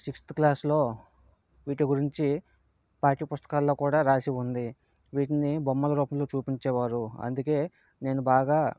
sixth క్లాస్లో వీటి గురించి పాటి పుస్తకాల్లో కూడా రాసి ఉంది వీటిని బొమ్మల రూపంలో చూపించేవారు అందుకే నేను బాగా